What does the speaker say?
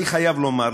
אני חייב לומר לך,